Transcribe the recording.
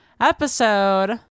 episode